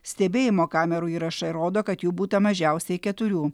stebėjimo kamerų įrašai rodo kad jų būta mažiausiai keturių